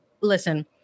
Listen